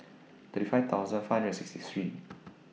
thirty five thousand five hundred and sixty three